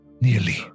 nearly